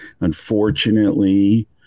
Unfortunately